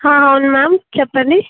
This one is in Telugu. అవును మ్యామ్ చెప్పండి